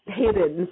hidden